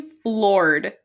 floored